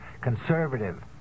conservative